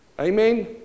Amen